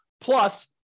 plus